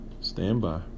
standby